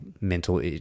mental